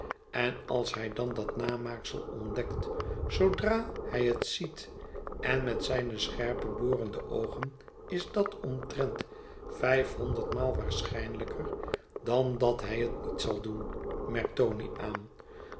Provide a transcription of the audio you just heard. en als hij dan dat namaaksel ontdekt zoodra hij het ziet en met zijne scherpe borende oogen is dat omtrent vijfhonderdmaal waarschijnlijker dan dat hij het niet zal doen merkt tony aan